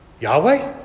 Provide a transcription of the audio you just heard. Yahweh